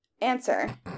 answer